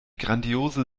grandiose